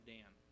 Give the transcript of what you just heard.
Dan